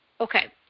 Okay